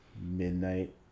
midnight